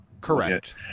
Correct